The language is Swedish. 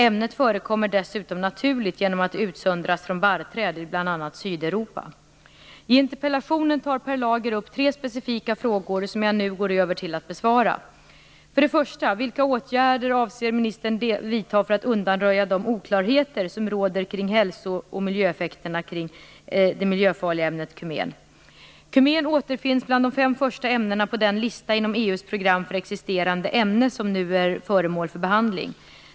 Ämnet förekommer dessutom naturligt genom att det utsöndras från barrträd i bl.a. Sydeuropa. I interpellationen tar Per Lager upp tre specifika frågor, som jag nu går över till att besvara. Första frågan gäller vilka åtgärder jag avser vidta för att undanröja de oklarheter som råder kring hälsooch miljöeffekterna kring det miljöfarliga ämnet kumen. Kumen återfinns bland de fem första ämnena på de lista inom EU:s program för existerande ämnen som nu är föremål för behandling.